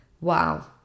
Wow